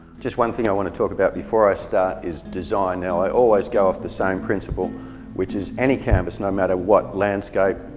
just one thing i want to talk about before i start is design. now i always go of the same principle which is any canvas, no matter what landscape,